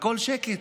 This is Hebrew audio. הכול שקט.